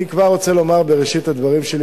אני כבר רוצה לומר בראשית הדברים שלי,